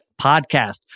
podcast